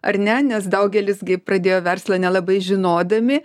ar ne nes daugelis gi pradėjo verslą nelabai žinodami